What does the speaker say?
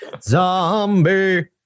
Zombie